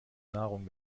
nahrung